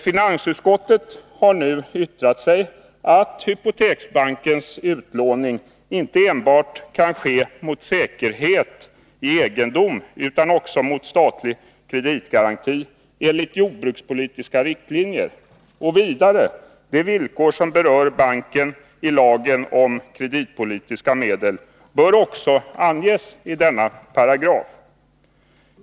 Finansutskottet har nu yttrat sig och sagt att hypoteksbankens utlåning inte enbart kan ske mot säkerhet i egendom utan också mot statlig kreditgaranti enligt jordbrukspolitiska riktlinjer och vidare att de villkor som berör banken i lagen om kreditpolitiska medel också bör anges i denna paragraf.